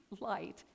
light